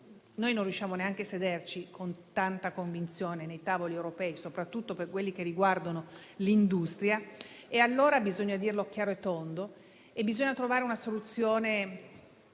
noi non riusciamo neanche a sederci con tanta convinzione ai tavoli europei, soprattutto quelli che riguardano l'industria, allora bisogna dirlo chiaro e tondo e bisogna trovare una soluzione